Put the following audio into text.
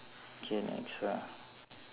K next lah